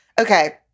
Okay